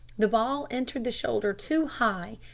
the ball entered the shoulder too high,